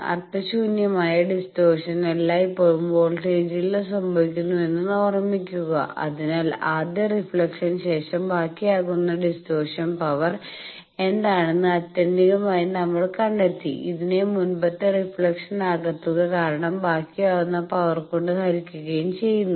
അർത്ഥശൂന്യമായ distortion എല്ലായ്പ്പോഴും വോൾട്ടേജിൽ സംഭവിക്കുന്നുവെന്ന് ഓർമ്മിക്കുക അതിനാൽ ആദ്യ റിഫ്ലക്ഷന് ശേഷം ബാക്കിയാക്കുന്ന ഡിസ്റ്റോർഷൻ പവർ എന്താണെന്ന് ആത്യന്തികമായി നമ്മൾ കണ്ടെത്തി ഇതിനെ മുൻപത്തെ റീഫ്ലക്ഷന്റെ ആകത്തുക കാരണം ബാക്കിയാവുന്ന പവർ കൊണ്ട് ഹരിക്കുകയും ചെയ്യുന്നു